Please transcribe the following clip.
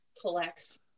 collects